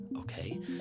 okay